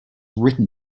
written